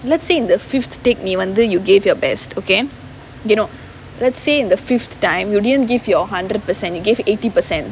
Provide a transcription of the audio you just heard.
let's say in the fifth take நீ வந்து:nee vanthu you gave your best again you know let's say in the fifth time you didn't give your hundred percent you give eighty percent